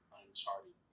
uncharted